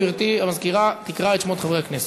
גברתי המזכירה תקרא את שמות חברי הכנסת.